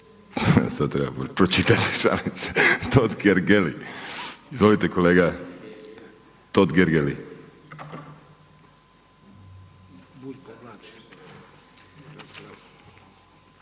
sad treba pročitati, šalim se, Totgergeli. Izvolite kolega Totgergeli.